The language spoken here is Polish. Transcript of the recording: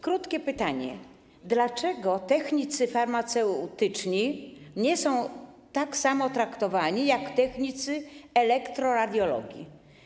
Krótkie pytanie: Dlaczego technicy farmaceutyczni nie są tak samo traktowani jak technicy elektroradiologii?